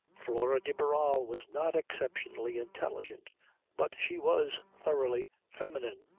flora de barral was not exceptionally intelligent but she was thoroughly feminine.